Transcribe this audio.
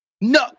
No